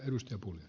arvoisa puhemies